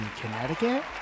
connecticut